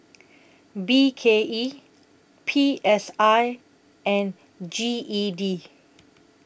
B K E P S I and G E D